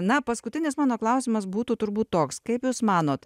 na paskutinis mano klausimas būtų turbūt toks kaip jūs manot